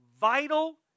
vital